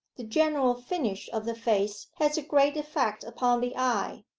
the general finish of the face has a great effect upon the eye.